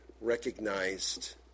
recognized